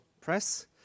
Press